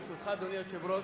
ברשותך, אדוני היושב-ראש,